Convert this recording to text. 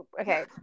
Okay